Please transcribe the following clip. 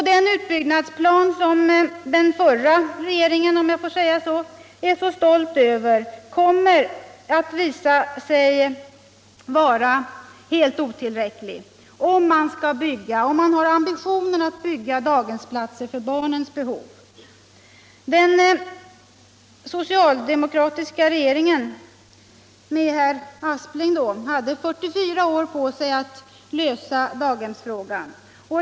Den utbyggnadsplan som den förra regeringen - om jag får säga så — är så stolt över kommer att visa sig att vara helt otillräcklig om man har ambitionen att bygga daghemsplatser för barnens behov. Den socialdemokratiska regeringen med herr Aspling hade 44 år på sig att lösa daghemsfrågan.